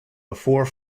before